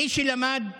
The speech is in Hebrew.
מי שלמד רפואה,